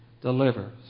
delivers